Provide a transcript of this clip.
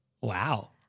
Wow